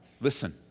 Listen